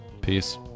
peace